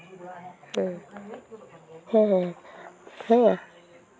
ᱚ ᱦᱮᱸᱦᱮᱸ ᱦᱮᱸ